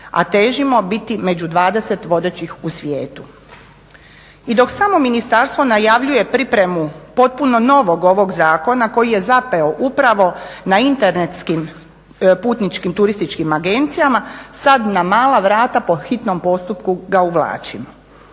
a težimo biti među 20 vodećih u svijetu. I dok samo ministarstvo najavljuje pripremu potpuno novog ovog zakona koji je zapeo upravo na internetskim putničkim turističkim agencijama, sad na mala vrata po hitnom postupku ga uvlačimo.